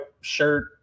shirt